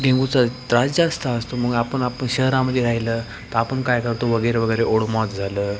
डेंगूचा त्रास जास्त असतो मग आपण आपण शहरामध्ये राहिलं तर आपण काय करतो वगैरे वगैरे ओडोमॉस झालं